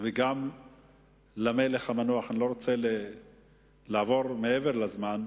וגם למלך המנוח, ואני לא רוצה לעבור מעבר לזמן,